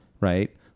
right